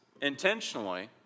intentionally